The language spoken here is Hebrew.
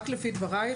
רק לפי דברייך,